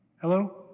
Hello